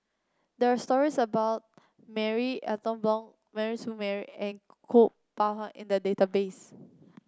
there are stories about Marie Ethel Bong Mary Siew Mary and Kuo Pao Hun in the database